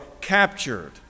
captured